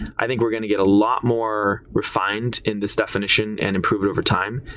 i think we're going to get a lot more refined in this definition and improve it overtime,